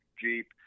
Jeep